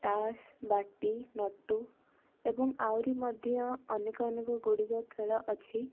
ତାସ ବାଟି ନଟୁ ଏବଂ ଆହୁରି ମଧ୍ୟ ଅନେକ ଅନେକ ଗୁଡ଼ିକ ଖେଳ ଅଛି